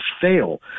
fail